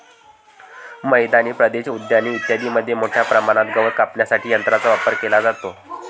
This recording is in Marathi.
मैदानी प्रदेश, उद्याने इत्यादींमध्ये मोठ्या प्रमाणावर गवत कापण्यासाठी यंत्रांचा वापर केला जातो